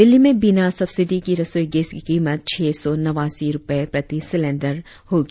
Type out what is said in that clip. दिल्ली में बिना सब्सिडि की रसोई गैस की कीमत छह सौ नवासी रुपये प्रति सिलेंडरो होगी